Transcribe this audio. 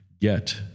get